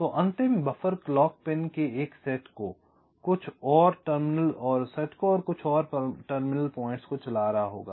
तोअंतिम buffer clock pin के एक set को और कुछ टर्मिनल पॉइंट्स को चला रहा होगा